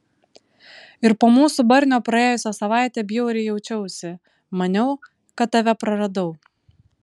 ir po mūsų barnio praėjusią savaitę bjauriai jaučiausi maniau kad tave praradau